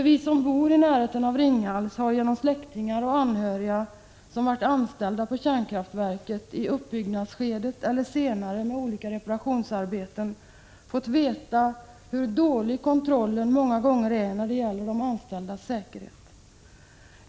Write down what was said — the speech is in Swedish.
Vi som bor i närheten av Ringhals har genom släktingar och bekanta, som varit anställda på kärnkraftverket i uppbyggnadsskedet eller senare och arbetat med olika reparationsarbeten, fått veta hur dålig kontrollen många gånger är när det gäller de anställdas säkerhet.